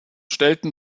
stellten